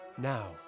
Now